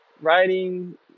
Writing